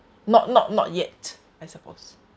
not not not yet I suppose